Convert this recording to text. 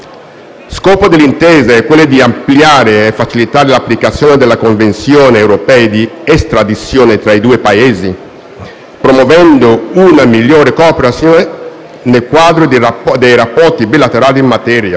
Scopo dell'intesa è quello di ampliare e facilitare l'applicazione della Convenzione europea di estradizione tra i due Paesi, promuovendo una migliore cooperazione nel quadro dei rapporti bilaterali in materia,